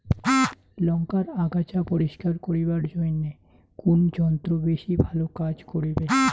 লংকার আগাছা পরিস্কার করিবার জইন্যে কুন যন্ত্র বেশি ভালো কাজ করিবে?